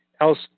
else